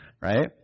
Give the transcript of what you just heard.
Right